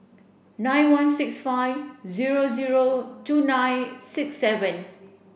nine one six five zero zero two nine six seven